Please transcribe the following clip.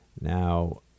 Now